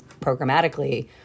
programmatically